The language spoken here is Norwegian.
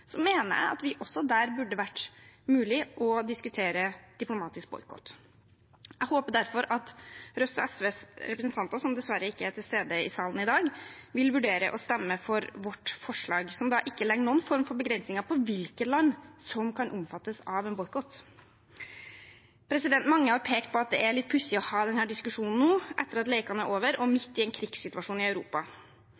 mener jeg at det også der burde ha vært mulig å diskutere diplomatisk boikott. Jeg håper derfor at Rødts og SVs representanter – som dessverre ikke er til stede i salen i dag – vil vurdere å stemme for vårt forslag, som da ikke legger noen form for begrensninger for hvilke land som kan omfattes av en boikott. Mange har pekt på at det er litt pussig å ha denne diskusjonen nå, etter at lekene er over og